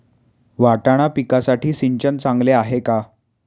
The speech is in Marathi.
वाटाणा पिकासाठी सिंचन चांगले आहे का?